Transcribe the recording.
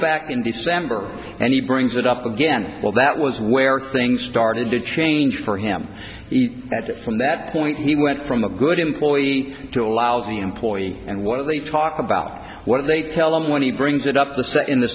back in december and he brings it up again well that was where things started to change for him at it from that point he went from a good employee to a lousy employee and what they talk about what they tell him when he brings it up